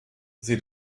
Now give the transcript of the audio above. sie